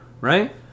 right